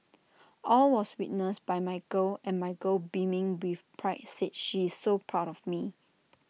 all was witnessed by my girl and my girl beaming with pride said she is so proud of me